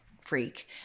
freak